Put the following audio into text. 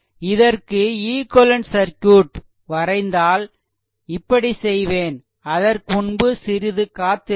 இதற்கு equivalent circuit வரைந்தால் இப்படி செய்வேன் அதற்கு முன்பு சிறிது காத்திருக்கவும்